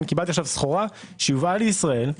קיבלתי סחורה שיובאה לישראל.